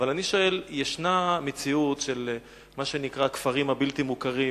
אבל אני שואל: ישנה מציאות של מה שנקרא הכפרים הבלתי-מוכרים.